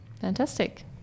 Fantastic